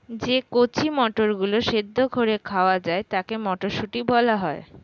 যে কচি মটরগুলো সেদ্ধ করে খাওয়া যায় তাকে মটরশুঁটি বলা হয়